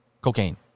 Cocaine